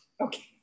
Okay